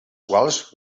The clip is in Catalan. quals